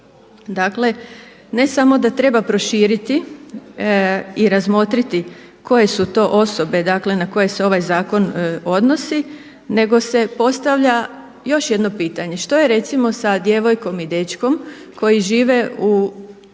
dakle ne samo da treba proširiti i razmotriti koje su to osobe dakle na koje se ovaj zakon odnosi, nego se postavlja još jedno pitanje što je recimo sa djevojkom i dečkom koji žive u